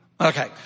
Okay